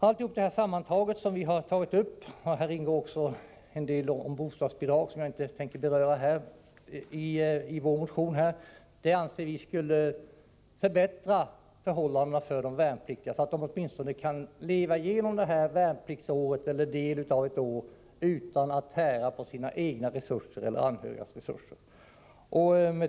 Allt sammantaget som vi har tagit upp i vår motion — där ingår också en del om bostadsbidraget, som jag dock inte tänker beröra här — anser vi skulle förbättra förhållandena för de värnpliktiga, så att de åtminstone kunde leva igenom värnpliktsåret, eller den del av ett år som det gäller, utan att tära på sina egna eller anhörigas resurser. Fru talman!